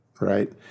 right